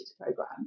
program